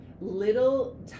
little